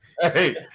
Hey